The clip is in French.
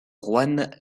juan